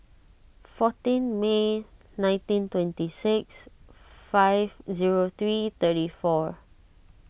fourteen May nineteen twenty six five zero three thirty four